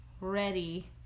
ready